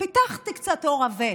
פיתחתי קצת עור עבה.